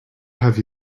have